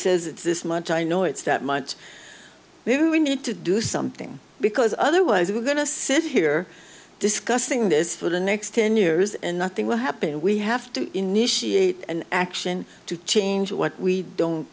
says it's this month i know it's that much maybe we need to do something because otherwise we're going to sit here discussing this for the next ten years and nothing will happen and we have to initiate an action to change what we don't